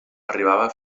arribava